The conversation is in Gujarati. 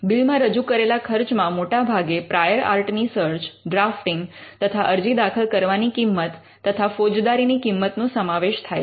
બિલમાં રજૂ કરેલા ખર્ચમાં મોટાભાગે પ્રાયોર આર્ટ ની સર્ચ ડ્રાફ્ટિંગ તથા અરજી દાખલ કરવાની કિંમત તથા ફોજદારીની કિંમત નો સમાવેશ થાય છે